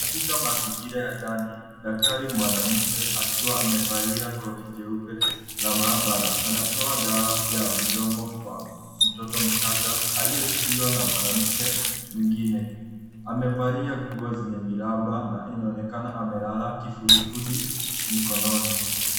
Katika mazingira ya ndani, daktari mwanamke akiwa amevalia koti jeupe la maabara. Anatoa dawa ya mdomo kwa mtoto mchanga aliyeshikiliwa na mwanamke mwingine. Amevalia nguo zenye miraba na inaonekana amelala kifudifudi mikononi.